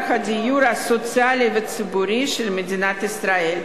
הדיור הסוציאלי והציבורי של מדינת ישראל.